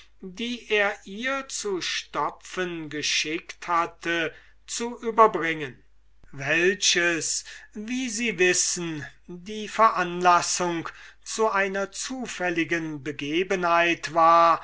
die er ihr zu stoppen geschickt hatte zu überbringen welches wie sie wissen die veranlassung zu einer zufälligen begebenheit war